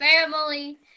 family